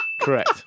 Correct